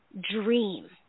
dream